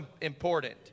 important